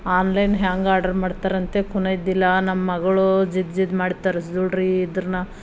online ಹೆಂಗೆ order ಮಾಡ್ತಾರೆ ಅಂತ ತಿಳ್ಕೊಂಡಿದ್ದಿಲ್ಲ ನಮ್ಮ ಮಗಳು ಜಿದ್ದು ಜಿದ್ದು ಮಾಡಿ ತರಿಸಿದವ್ಳು ರೀ ಇಲ್ದಿದ್ರ ನಾ